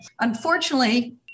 unfortunately